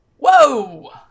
Whoa